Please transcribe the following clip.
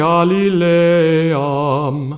Galileam